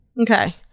Okay